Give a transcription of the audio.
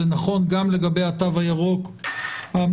זה נכון גם לגבי התו הירוק המורחב,